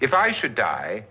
if i should die